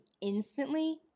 instantly